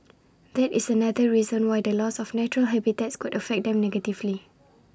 that is another reason why the loss of natural habitats could affect them negatively